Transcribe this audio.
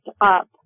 up